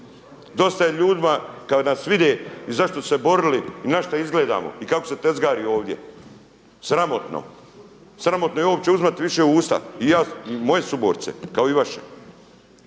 Dosta je ljudima kada nas vide i za šta su se borili i na šta izgledamo i kako se tezgari ovdje. Sramotno, sramotno je uopće uzimati više u usta i moje suborce kao i vaše.